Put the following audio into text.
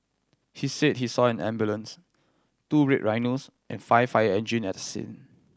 he said he saw an ambulance two Red Rhinos and five fire engines at the scene